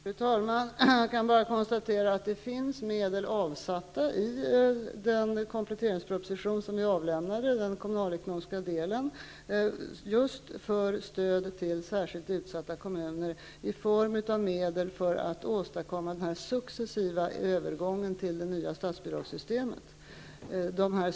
Fru talman! Jag kan bara konstatera att det finns medel avsatta i den kommunalekonomiska delen i den kompletteringsproposition som är avlämnad, just för stöd till särskilt utsatta kommuner, i form av medel för att åstadkomma den successiva övergången till det nya statsbidragssystemet.